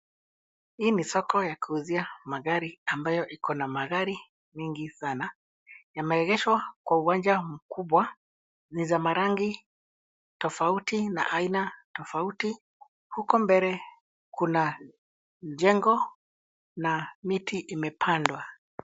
Hii ni soko ya kuuzia magari ambayo iko na magari mengi sana. Yameegeshwa kwa uwanja mkubwa. Ni za marangi tofauti na aina tofauti. Huko mbele kuna jengo na miti imepandwa.